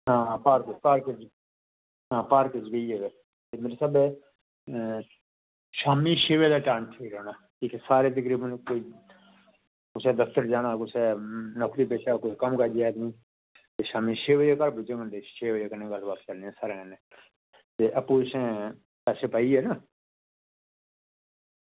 हां भार भार हां बी होई गेदा ते मेरे स्हाबै शामीं छे बजे दा टाइम ठीक रौह्ना सारे तकरीबन कोई कुसै दफ्तर जाना कुसै नौकरी पेशा कुसै कम्मकाजै आदमी ते शामीं छे बजे घर पुज्जी जंदे बंदे छे बजे कन्नै गल्लबात करने आं सारें कन्नै ते आपूं बिच्चें पैसे पाइयै ना